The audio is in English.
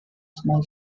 small